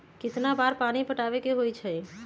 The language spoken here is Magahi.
कितना बार पानी पटावे के होई छाई?